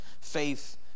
faith